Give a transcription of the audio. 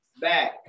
Back